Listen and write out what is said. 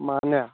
ꯃꯥꯅꯦ